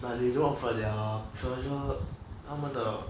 but they don't offer ya their final 他们的